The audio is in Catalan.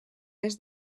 est